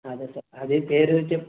అదే సార్ అదే పేరు చెప్